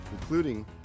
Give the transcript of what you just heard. Including